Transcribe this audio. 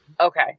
Okay